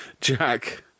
Jack